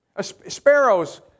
Sparrows